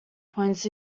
points